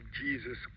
Jesus